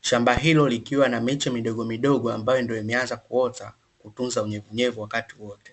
shamba hilo likiwa na miche midogo midogo, ambayo ndio imeanza kuota, kutunza unyevu wakati wote.